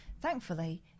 Thankfully